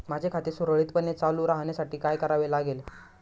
माझे खाते सुरळीतपणे चालू राहण्यासाठी काय करावे लागेल?